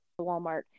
Walmart